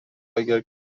اگر